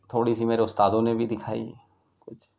تھوڑی سی میرے استادوں نے بھی دکھائی کچھ